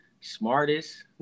smartest